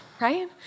right